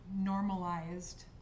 normalized